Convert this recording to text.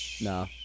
No